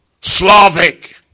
Slavic